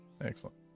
excellent